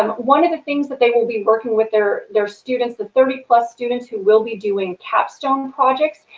um one of the things that they will be working with their their students, the thirty plus students who will be doing capstone projects,